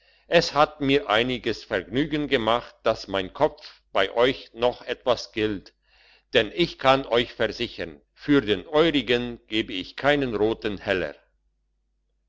es hat mir einiges vergnügen gemacht dass mein kopf bei euch noch etwas gilt denn ich kann euch versichern für den eurigen gäb ich keinen roten heller